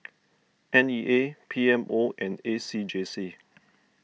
N E A P M O and A C J C